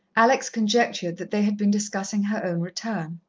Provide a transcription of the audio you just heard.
alex conjectured that they had been discussing her own return.